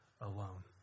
alone